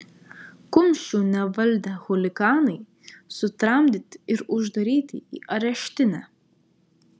kumščių nevaldę chuliganai sutramdyti ir uždaryti į areštinę